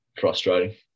frustrating